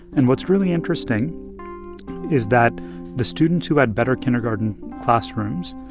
and what's really interesting is that the students who had better kindergarten classrooms,